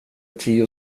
tio